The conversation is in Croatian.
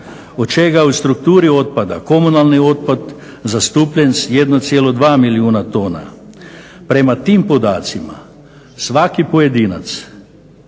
od čega je u strukturi otpada komunalni otpad zastupljen s 1,2 milijuna tona. Prema tim podacima svaki pojedinca